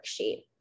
worksheet